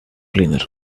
cleaner